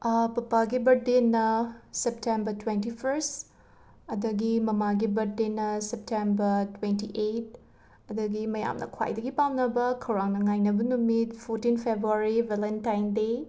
ꯄꯄꯥꯒꯤ ꯕꯔꯠꯗꯦꯅ September twenty first ꯑꯗꯒꯤ ꯃꯃꯥꯒꯤ ꯕꯔꯠꯗꯦꯅ ꯁꯦꯞꯇꯦꯝꯕꯔ ꯇꯣꯏꯟꯇꯤ ꯑꯩꯠ ꯑꯗꯒꯤ ꯃꯌꯥꯝꯅ ꯈ꯭ꯋꯥꯏꯗꯒꯤ ꯄꯥꯝꯅꯕ ꯈꯧꯔꯥꯡꯅ ꯉꯥꯏꯅꯕ ꯅꯨꯃꯤꯠ ꯐꯣꯇꯤꯟ ꯐꯦꯕ꯭ꯋꯥꯔꯤ ꯕꯦꯂꯦꯟꯇꯥꯏꯟ ꯗꯦ